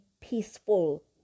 peaceful